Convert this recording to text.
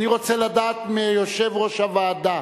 אני רוצה לדעת מיושב-ראש הוועדה